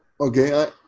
Okay